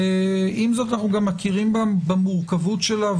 ועם זאת אנו גם מכירים במורכבות שלה.